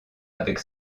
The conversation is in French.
avec